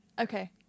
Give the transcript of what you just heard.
Okay